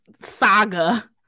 saga